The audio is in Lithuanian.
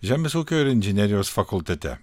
žemės ūkio ir inžinerijos fakultete